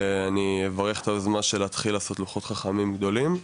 אני אברך את היוזמה של להתחיל לעשות לוחות חכמים גדולים.